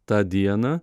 tą dieną